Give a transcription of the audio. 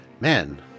Man